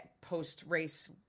post-race